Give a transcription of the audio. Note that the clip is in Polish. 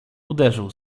uderzył